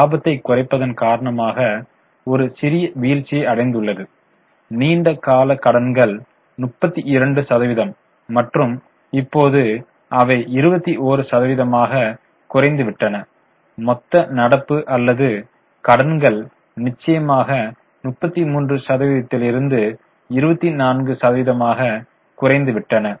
இலாபத்தைக் குறைப்பதன் காரணமாக ஒரு சிறிய வீழ்ச்சியை அடைந்துள்ளது நீண்ட கால கடன்கள் 32 சதவிகிதம் மற்றும் இப்போது அவை 21 சதவிகிதமாகக் குறைந்துவிட்டன மொத்த நடப்பு அல்லது கடன்கள் நிச்சயமாக 33 சதவீதத்திலிருந்து 24 சதவீதமாக குறைந்து விட்டன